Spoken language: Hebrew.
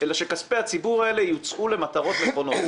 אלא שכספי הציבור האלה יוצאו למטרות נכונות.